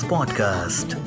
Podcast